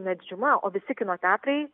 ne didžiuma o visi kino teatrai